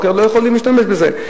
לא יכולים להשתמש בזה.